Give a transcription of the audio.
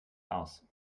aus